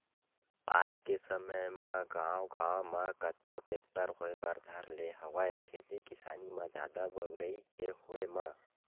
आज के समे म गांव गांव म कतको टेक्टर होय बर धर ले हवय खेती किसानी म जादा बउरई के होय म